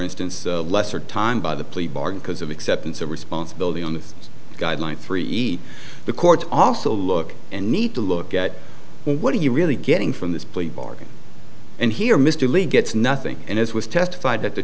instance lesser time by the plea bargain because of acceptance of responsibility on the guideline three eat the court also look and need to look at what do you really getting from this plea bargain and here mr lee gets nothing and it was testified at the